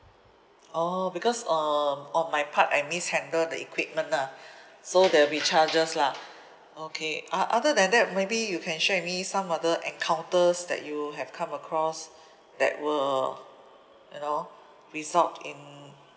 oh because um on my part I mishandle the equipment lah so there will be charges lah okay uh other than that maybe you can share with me some other encounters that you have come across that were you know result in